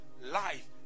life